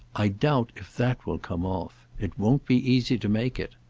i doubt if that will come off. it won't be easy to make it.